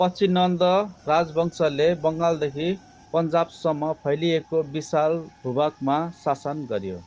पछि नन्द राजवंशले बङ्गालदेखि पञ्जाबसम्म फैलिएको विशाल भूभागमा शासन गऱ्यो